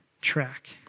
track